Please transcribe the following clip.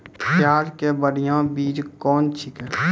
प्याज के बढ़िया बीज कौन छिकै?